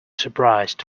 surprised